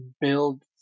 build